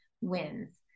wins